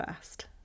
first